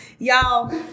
Y'all